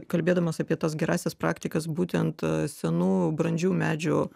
kalbėdamas apie tas gerąsias praktikas būtent senų brandžių medžių